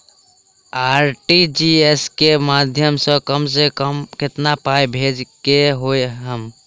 RTGS केँ माध्यम सँ कम सऽ कम केतना पाय भेजे केँ होइ हय?